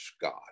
God